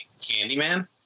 Candyman